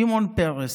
שמעון פרס,